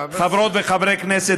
חברות וחברי הכנסת,